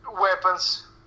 weapons